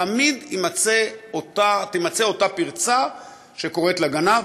ותמיד תימצא אותה פרצה שקוראת לגנב,